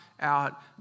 out